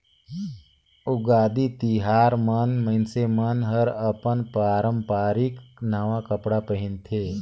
उगादी तिहार मन मइनसे मन हर अपन पारंपरिक नवा कपड़ा पहिनथे